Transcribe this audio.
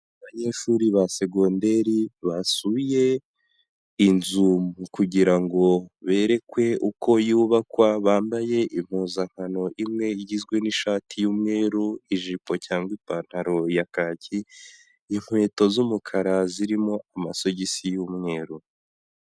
Abanyeshuri ba segonderi, basuye inzu kugira berekwe uko yubakwa, bambaye impuzankano imwe igizwe n'ishati y'umweru, ijipo cyangwa ipantaro ya kaki, inkweto z'umukara zirimo amasogisi y'umweru.